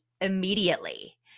immediately